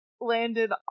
landed